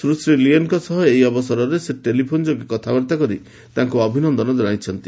ସୁଶ୍ରୀ ଲିଏନ୍ଙ୍କ ସହ ଏହି ଅବସରରେ ସେ ଟେଲିଫୋନ୍ ଯୋଗେ କଥାବାର୍ତ୍ତା କରି ତାଙ୍କୁ ଅଭିନନ୍ଦନ କଣାଇଛନ୍ତି